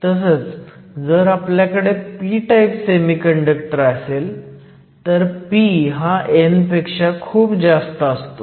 तसंच जर आपल्याकडे p टाईप सेमीकंडक्टर असेल तर p हा n पेक्षा खूप जास्त असतो